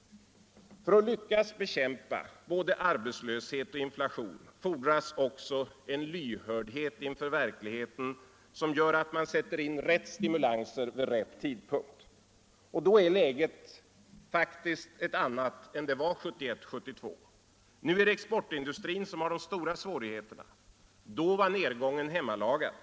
För att lyckas bekämpa både arbetslöshet och inflation fordras också en lyhördhet inför verkligheten som gör att man sätter in rätta stimulanser vid rätt tidpunkt. Läget är faktiskt ett annat än det t.ex. var 1971-1972. Nu är det exportindustrin som har de stora svårigheterna. Då var nedgången hemmalagad.